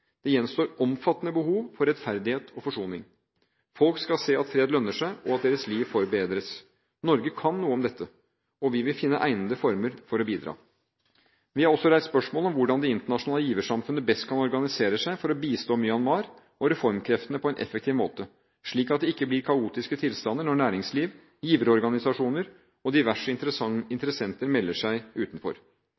Det gjenstår omfattende behov for rettferdighet og forsoning. Folk skal se at fred lønner seg, og at deres liv forbedres. Norge kan noe om dette, og vi vil finne egnede former for å bidra. Vi har også reist spørsmål om hvordan det internasjonale giversamfunnet best kan organisere seg for å bistå Myanmar og reformkreftene på en effektiv måte, slik at det ikke blir kaotiske tilstander når næringsliv, giverorganisasjoner og diverse